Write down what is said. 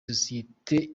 sosiyeti